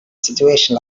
situation